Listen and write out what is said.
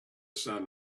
sun